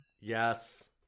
Yes